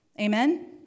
Amen